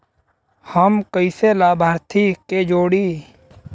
हम कइसे लाभार्थी के जोड़ी?